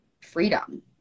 freedom